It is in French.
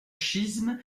schisme